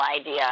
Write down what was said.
idea